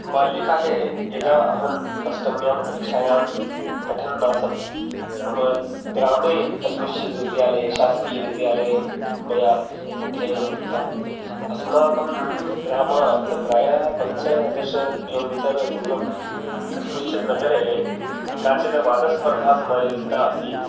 बाल्यकाले यदा अहम् अष्टम्यां कक्ष्यायां पठन् आसं मम ग्रामे कस्मिँश्चित् विद्यालये शासकीयविद्यालये मया अध्ययनं कृतम् अस्माकं ग्रामात् प्रायः पञ्चदश किलोमीटर् दूरं कस्मिँश्चित् नगरे काचिद् वादस्पर्धा समायोजिता आसीत्